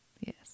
Yes